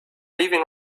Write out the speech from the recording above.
leaving